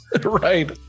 Right